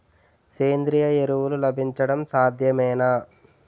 సేంద్రీయ ఎరువులు లభించడం సాధ్యమేనా?